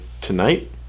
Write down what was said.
tonight